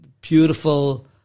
beautiful